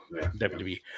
WWE